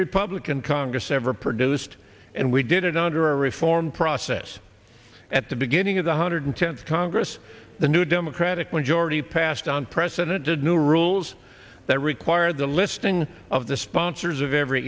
republican congress ever produced and we did it under a reform process at the beginning of the hundred tenth congress the new democratic majority passed on president did new rules that require the listing of the sponsors of every